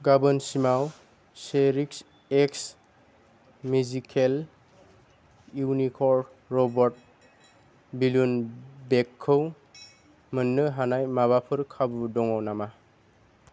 गाबोनसिमाव चेरिक्स एक्स मेजिकेल इउनिकर्न रबाट बेलुन बेगखौ मोन्नो हानाय माबाफोर खाबु दङ नामा